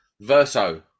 verso